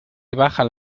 bajan